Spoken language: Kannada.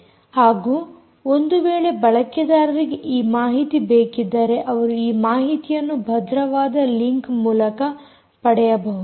ಹಾಗೂ ಒಂದು ವೇಳೆ ಬಳಕೆದಾರರಿಗೆ ಈ ಮಾಹಿತಿ ಬೇಕಿದ್ದರೆ ಅವರು ಈ ಮಾಹಿತಿಯನ್ನು ಭದ್ರವಾದ ಲಿಂಕ್ ಮೂಲಕ ಪಡೆಯಬಹುದು